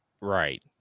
Right